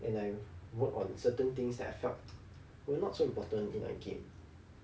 and I work on certain things that I felt were not so important in a game